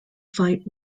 fight